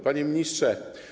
Panie Ministrze!